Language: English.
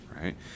right